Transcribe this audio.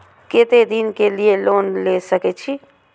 केते दिन के लिए लोन ले सके छिए?